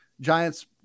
giants